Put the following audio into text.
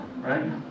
right